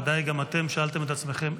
בוודאי גם אתם שאלתם את עצמכם,